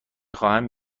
خواهم